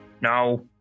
No